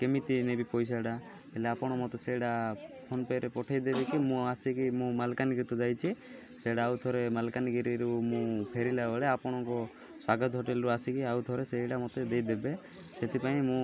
କେମିତି ନେବି ପଇସାଟା ହେଲେ ଆପଣ ମୋତେ ସେଇଟା ଫୋନ୍ପେରେ ପଠାଇଦେବେ କି ମୁଁ ଆସିକି ମୁଁ ମାଲକାନଗିରି ତ ଯାଇଛିି ସେଇଟା ଆଉ ଥରେ ମାଲକାନଗିରିରୁ ମୁଁ ଫେରିଲା ବେଳେ ଆପଣଙ୍କ ସ୍ଵାଗତ ହୋଟେଲ୍ରୁ ଆସିକି ଆଉ ଥରେ ସେଇଟା ମୋତେ ଦେଇଦେବେ ସେଥିପାଇଁ ମୁଁ